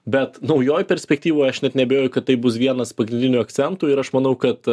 bet naujoj perspektyvoj aš net neabejoju kad tai bus vienas pagrindinių akcentų ir aš manau kad